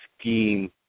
scheme